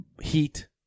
Heat